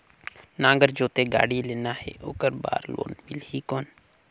नागर जोते गाड़ी लेना हे ओकर बार लोन मिलही कौन?